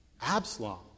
Absalom